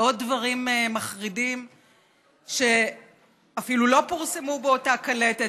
ועוד דברים מחרידים שאפילו לא פורסמו באותה קלטת,